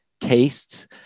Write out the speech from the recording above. tastes